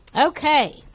Okay